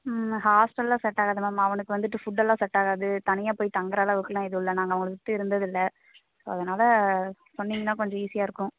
ஹாஸ்டலெல்லாம் செட்டாகாது மேம் அவனுக்கு வந்துட்டு ஃபுட்டெல்லாம் செட்டாகாது தனியாக போய் தங்குற அளவுக்கெலாம் எதுவுமில்ல நாங்கள் அவனை விட்டு இருந்ததில்லை ஸோ அதனால் சொன்னீங்கன்னால் கொஞ்சம் ஈஸியாக இருக்கும்